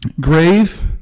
Grave